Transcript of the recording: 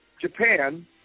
Japan